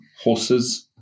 horses